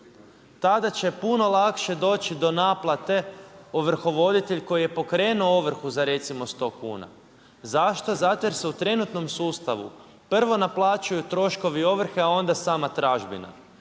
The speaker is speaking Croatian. tada će puno lakše doći do naplate ovrhovoditelj koji je pokrenuo ovrhu, za recimo 100 kuna. Zašto? Zato jer se u trenutnom sustavu, prvo naplaćuju troškovi ovrhe, a onda sama tražbina